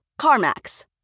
CarMax